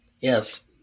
Yes